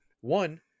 one